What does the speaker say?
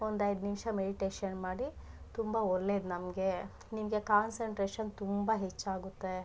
ಒಂದು ಐದು ನಿಮಿಷ ಮೆಡಿಟೇಷನ್ ಮಾಡಿ ತುಂಬ ಒಳ್ಳೇದ್ ನಮಗೆ ನಿಮಗೆ ಕಾನ್ಸನ್ಟ್ರೇಷನ್ ತುಂಬ ಹೆಚ್ಚಾಗುತ್ತೆ